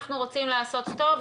אנחנו רוצים לעשות טוב,